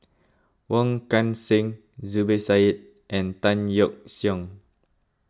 Wong Kan Seng Zubir Said and Tan Yeok Seong